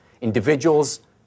individuals